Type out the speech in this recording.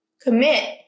commit